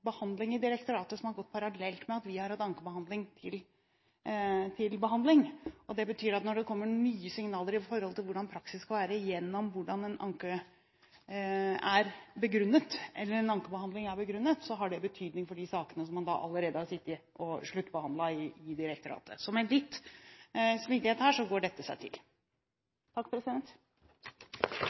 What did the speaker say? behandling i direktoratet som har gått parallelt med at vi har hatt ankebehandling i departementet. Det betyr at når det kommer nye signaler om hvordan praksis skal være gjennom hvordan en ankebehandling er begrunnet, har det betydning for de sakene som man allerede har sittet og sluttbehandlet i direktoratet. Så med litt smidighet her går dette seg til.